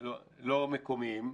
לא מקומיים,